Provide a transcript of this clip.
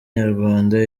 nyarwanda